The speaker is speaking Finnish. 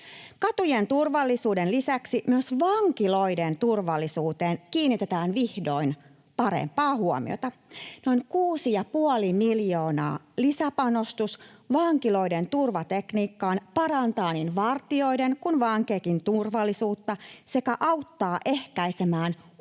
Katujen turvallisuuden lisäksi myös vankiloiden turvallisuuteen kiinnitetään vihdoin parempaa huomioita. Noin 6,5 miljoonan lisäpanostus vankiloiden turvatekniikkaan parantaa niin vartijoiden kuin vankienkin turvallisuutta sekä auttaa ehkäisemään huumeiden